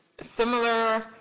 similar